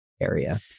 area